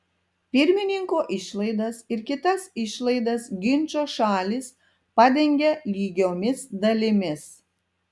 pirmininko išlaidas ir kitas išlaidas ginčo šalys padengia lygiomis dalimis